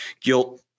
guilt